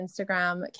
Instagram